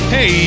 Hey